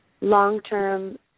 Long-term